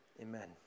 Amen